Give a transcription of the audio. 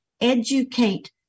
educate